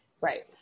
Right